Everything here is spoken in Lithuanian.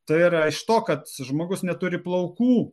ai yra iš to kad žmogus neturi plaukų